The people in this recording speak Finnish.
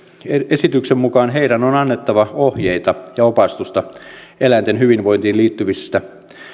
esityksen mukaan heidän on annettava ohjeita ja opastusta eläinten hyvinvointiin liittyvistä